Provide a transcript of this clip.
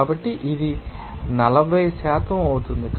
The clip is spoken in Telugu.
కాబట్టి ఇది మీ 40 అవుతుంది